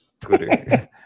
Twitter